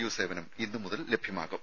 U സേവനം ഇന്ന് മുതൽ ലഭ്യമാകും